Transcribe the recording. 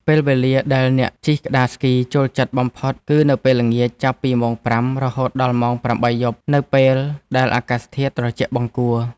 ពេលវេលាដែលអ្នកជិះក្ដារស្គីចូលចិត្តបំផុតគឺនៅពេលល្ងាច ចាប់ពីម៉ោង ៥ រហូតដល់ម៉ោង ៨ យប់ នៅពេលដែលអាកាសធាតុត្រជាក់បង្គួរ។